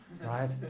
right